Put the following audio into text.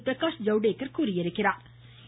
Prakash Javadekar தொிவித்திருக்கிறாா்